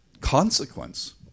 consequence